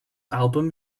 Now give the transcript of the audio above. album